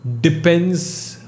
depends